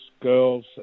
girls